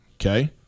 okay